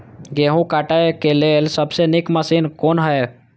गेहूँ काटय के लेल सबसे नीक मशीन कोन हय?